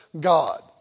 God